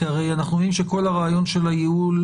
הרי אנחנו יודעים שכל הרעיון של הייעול,